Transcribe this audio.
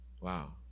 wow